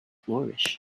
flourish